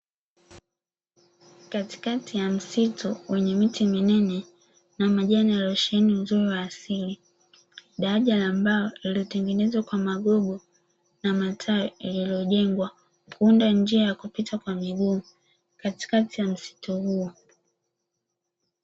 Katikati ya msitu wenye miti minene na majani yaliyosheheni uzuri wa asili, daraja la mbao lililotengenezwa kwa magogo na matawi lililojengwa kuunda njia ya kupita kwa miguu katikati ya msitu huo.